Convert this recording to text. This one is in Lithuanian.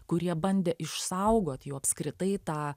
kurie bandė išsaugot jų apskritai tą